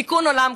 תיקון עולם,